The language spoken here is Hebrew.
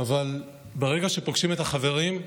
אבל ברגע שפוגשים את החברים,